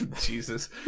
jesus